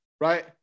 right